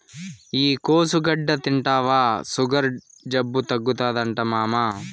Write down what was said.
ఈ కోసుగడ్డ తింటివా సుగర్ జబ్బు తగ్గుతాదట మామా